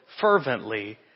fervently